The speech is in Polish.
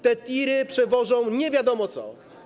Te tiry przewożą nie wiadomo co.